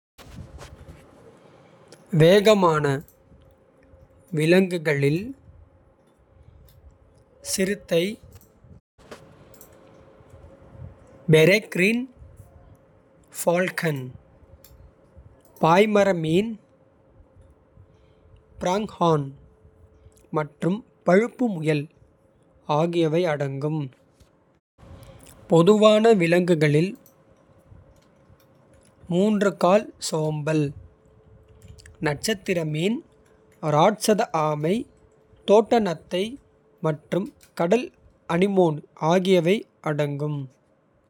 வேகமான விலங்குகளில் சிறுத்தை பெரேக்ரின் ஃபால்கன். பாய்மர மீன் ப்ராங்ஹார்ன் மற்றும் பழுப்பு முயல். ஆகியவை அடங்கும் மெதுவான விலங்குகளில். மூன்று கால் சோம்பல், நட்சத்திர மீன், ராட்சத ஆமை. தோட்ட நத்தை மற்றும் கடல் அனிமோன் ஆகியவை அடங்கும்.